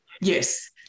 Yes